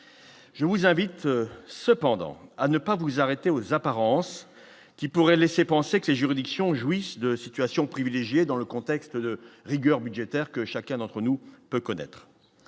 je vous invite cependant à ne pas vous arrêter aux apparences qui pourrait laisser penser que ces juridictions jouissent de situations privilégiée dans le contexte de rigueur budgétaire que chacun d'entre nous peut connaître